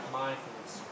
mindfulness